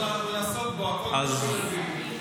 הוא נסוג בו, הכול קשור לביבי.